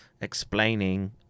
explaining